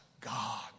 God